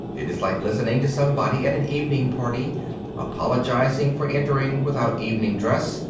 it is like listening to somebody at an evening party apologising for entering without evening dress,